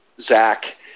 Zach